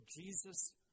Jesus